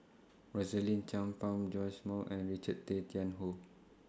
Rosaline Chan Pang Joash Moo and Richard Tay Tian Hoe